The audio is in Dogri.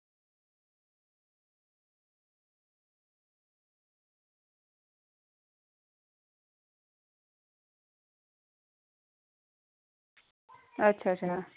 अच्छा अच्छा